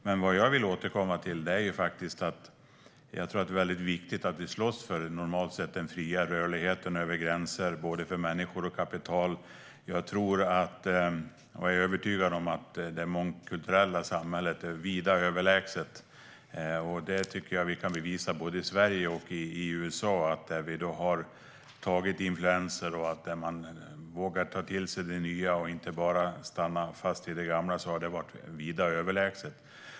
Men vad jag vill återkomma till är att jag tror att det är väldigt viktigt att vi slåss för den normalt sett fria rörligheten över gränser för både människor och kapital. Jag är övertygad om att det mångkulturella samhället är vida överlägset. Jag tycker att både Sverige och USA bevisar att om man tar in influenser och vågar ta till sig det nya och inte bara fastnar i det gamla är det vida överlägset.